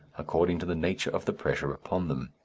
according to the nature of the pressure upon them.